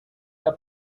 der